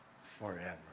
forever